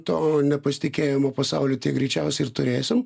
to nepasitikėjimo pasauliu greičiausiai ir turėsim